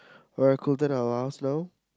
alright cool then I will ask now